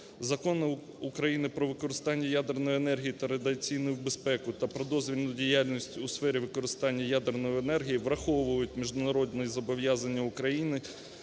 Законb України "Про використання ядерної енергії та радіаційну безпеку" та "Про дозвільну діяльність у сфері використання ядерної енергії" враховують міжнародні зобов'язання України,